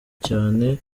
cyane